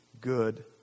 good